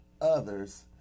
others